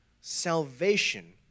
Salvation